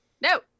No